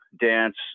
dance